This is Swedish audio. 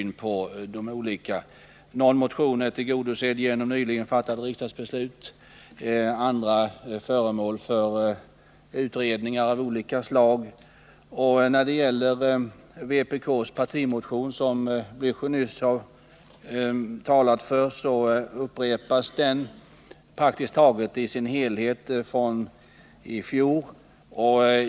Någon motion är tillgodosedd genom nyligen fattade riksdagsbeslut och andra är föremål för utredningar av olika slag. Vpk:s partimotion, som Raul Blächer nyss har talat för, är praktiskt taget i sin helhet en upprepning från i fjol.